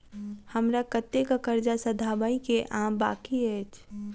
हमरा कतेक कर्जा सधाबई केँ आ बाकी अछि?